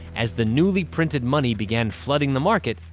as the newly-printed money began flooding the market,